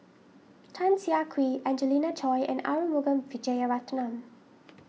Tan Siah Kwee Angelina Choy and Arumugam Vijiaratnam